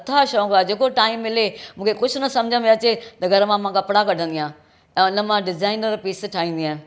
अथा शौक़ु आहे जेको टाइम मिले मूंखे कुझ न सम्झ में अचे त घर मा मां कपिड़ा कढंदी आहियां ऐ हुन मां डिज़ाइनर पीस ठाहींदी आहियां